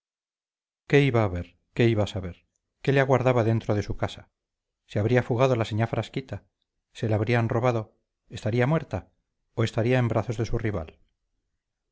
qué iba a ver qué iba a saber qué le aguardaba dentro de su casa se había fugado la señá frasquita se la habrían robado estaría muerta o estaría en brazos de su rival